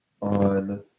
on